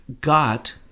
got